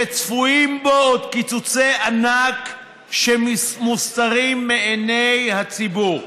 שצפויים בו עוד קיצוצי ענק שמוסתרים מעיני הציבור,